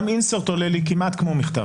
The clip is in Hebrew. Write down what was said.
גם insert עולה לי כמעט כמו מכתב.